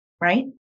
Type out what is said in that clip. right